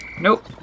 Nope